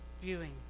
viewing